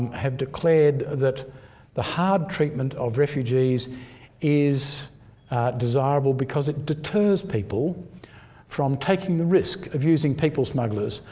have declared that the hard treatment of refugees is desirable because it deters people from taking the risk of using people smugglers.